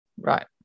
Right